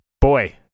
Boy